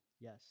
Yes